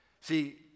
See